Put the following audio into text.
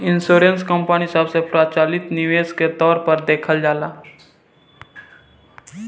insurance company सबसे प्रचलित निवेश के तौर पर देखल जाला